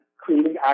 creating